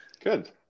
Good